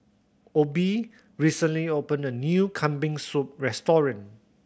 Obie recently opened a new Kambing Soup restaurant